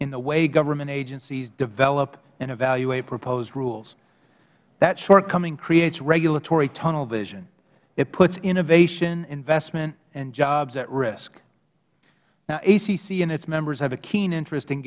in the way government agencies develop and evaluate proposed rules that shortcoming creates regulatory tunnel vision it puts innovation investment and jobs at risk now acc and its members have a keen interest in